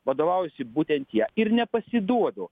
vadovaujuosi būtent ja ir nepasiduodu